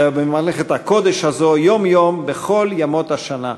במלאכת הקודש הזאת, יום-יום, בכל ימות השנה.